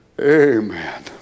Amen